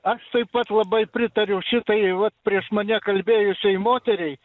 aš taip pat labai pritariu šitai vat prieš mane kalbėjusiai moteriai